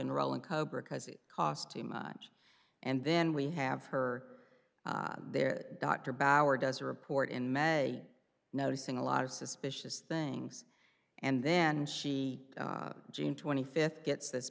enroll in cobra because it costs too much and then we have her there dr bauer does a report in may noticing a lot of suspicious things and then she june twenty fifth gets this